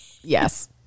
yes